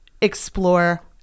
explore